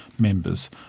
members